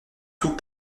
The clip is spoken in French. tout